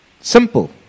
Simple